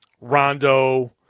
Rondo